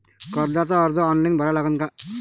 कर्जाचा अर्ज ऑनलाईन भरा लागन का?